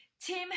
Tim